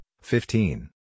fifteen